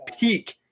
peak